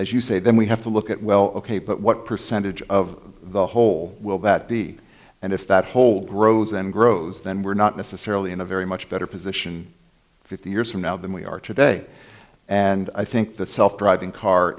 as you say then we have to look at well ok but what percentage of the hole will that be and if that hole grows and grows then we're not necessarily in a very much better position fifty years from now than we are today and i think that self driving car